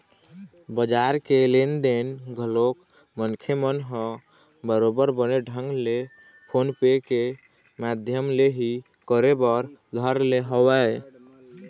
बजार के लेन देन घलोक मनखे मन ह बरोबर बने ढंग ले फोन पे के माधियम ले ही कर बर धर ले हवय